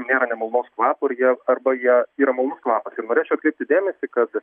nėra nemalonaus kvapo ir jie arba jie yra malonus kvapas ir norėčiau atkreipti dėmesį kad